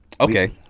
Okay